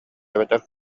эбэтэр